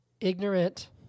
ignorant